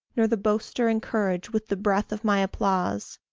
nor the boaster encourage with the breath of my applause.